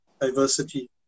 diversity